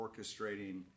orchestrating